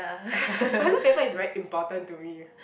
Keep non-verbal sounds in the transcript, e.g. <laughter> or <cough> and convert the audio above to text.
<laughs> toilet paper is very important to me